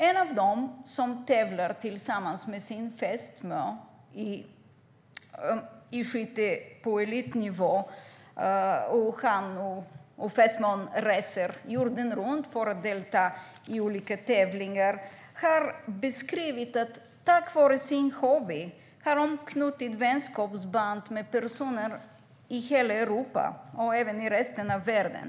En av dem tävlar tillsammans med sin fästmö i skytte på elitnivå. Han och fästmön reser jorden runt för att delta i olika tävlingar. Han har beskrivit att de tack vare sin hobby har knutit vänskapsband med personer i hela Europa och även i resten av världen.